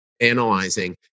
analyzing